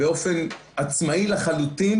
באופן העצמאי לחלוטין,